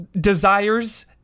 Desires